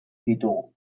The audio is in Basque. ditugu